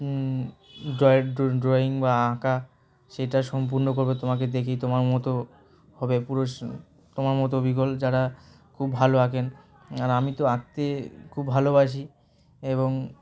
ড্রয়ের drawing বা আঁকা সেটা সম্পূর্ণ করবে তোমাকে দেখি তোমার মতো হবে পুরো তোমার মতো অবিকল যারা খুব ভালো আঁকেন আর আমি তো আঁকতে খুব ভালোবাসি এবং